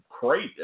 great